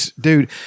Dude